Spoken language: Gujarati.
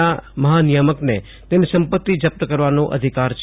ના મફાનિથામકને તેની સંપિત જ પ્ત કરવાનોચિધકાર છે